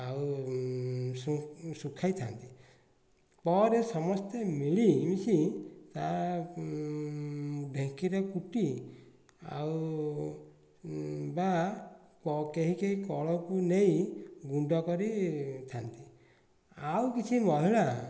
ଆଉ ସୁଖାଇଥାନ୍ତି ପରେ ସମସ୍ତେ ମିଳି ମିଶି ଢେଙ୍କିରେ କୁଟି ଆଉ ବା କେହି କେହି କଳକୁ ନେଇ ଗୁଣ୍ଡକରି ଥାଆନ୍ତି ଆଉକିଛି ମହିଳା